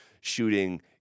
shooting